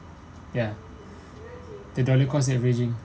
ya the dollar cost averaging